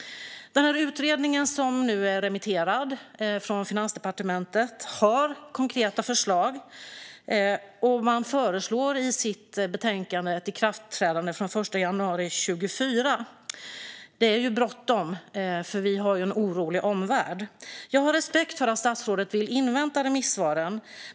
I utredningen som Finansdepartementet har skickat ut på remiss finns det konkreta förslag. I betänkandet föreslår man ett ikraftträdande den 1 januari 2024. Det är bråttom. Vi lever i en orolig omvärld. Jag har respekt för att statsrådet vill invänta remissvaren.